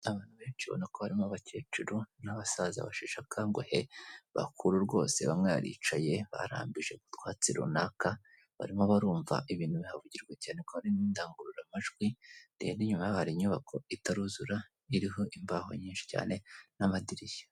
Abantu benshi ubona ko harimo abakecuru n'abasaza basheshe akanguhe bakuru rwose, bamwe baricaye barambije mu utwatsi runaka barimo barumva ibintu bihavugirwa cyane ko hari n'indangururamajwi ndende, inyuma hari inyubako itaruzura iriho imbaho nyinshi cyane n'amadirishya.